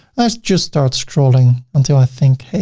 just just start scrolling until i think, hey,